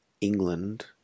England